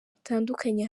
bitandukanye